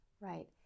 Right